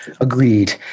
Agreed